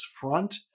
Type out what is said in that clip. front